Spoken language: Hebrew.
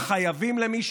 את מגזימה,